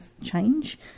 change